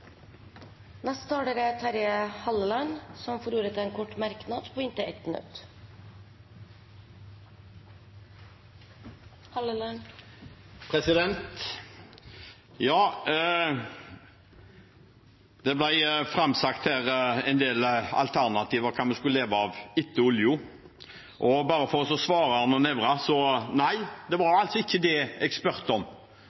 Terje Halleland har hatt ordet to ganger tidligere og får ordet til en kort merknad, begrenset til 1 minutt. Det ble framsagt her en del alternativer til hva vi skulle leve av etter oljen. Bare for å svare Arne Nævra: Nei, det var